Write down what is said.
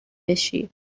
بشی